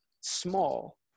small